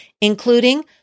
including